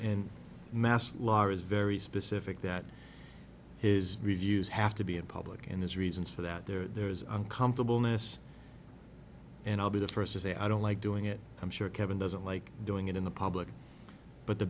in mass law is very specific that his reviews have to be in public in his reasons for that there is uncomfortable ness and i'll be the first to say i don't like doing it i'm sure kevin doesn't like doing it in the public but the